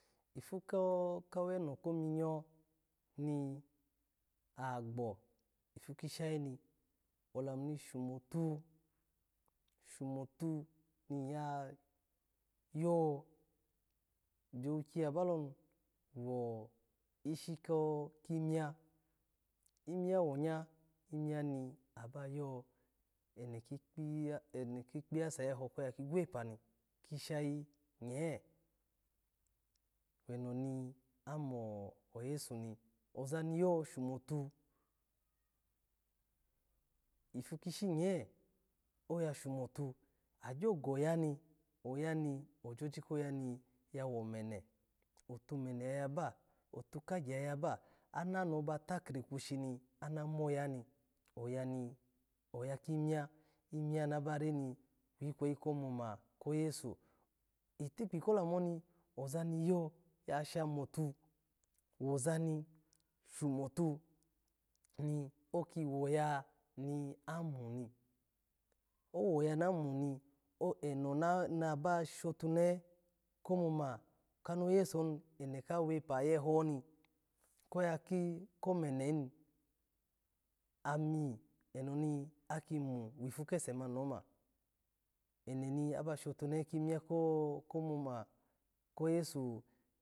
Ifu ko wo wuno kominyo ni gbo ifu kishiyi alamu ni shomotu. Shomotu, ni ya biyo owiki yaba loni wo ishi ko minya, iminya wonya, iminya na yo eno kikpiyase ayeho koya ka gwepa ni kishayi nye eno ni amo yesu ni, oza ni yo shemo ni ipu kishinye. oya shomatu, agyo goyaninye, ojoji koya mi yawo mene, atumene ya yaba, otukagye ya yaba, ananoha ba tukiriku shi ana moya ni oya ni oya kiminya iminya na ba re ikweyi ko moma ko yesu, itikpi ko lamu oni, oza ni yo ya shami duni woza ni shomatu ni, oki woya ni ama ni. Owoya namu ni eno naba shotuna he ko moma ka no yesu, eno ka wepa-ayeho ni, koya ko mene ni, ami eno ni aki mu wipu kese mani ma, eno ni aba shotunehe kimin ya ko-ko moma ko yesu.